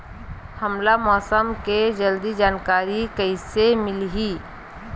हमला मौसम के जल्दी जानकारी कइसे मिलही?